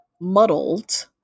muddled